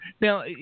Now